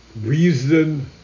reason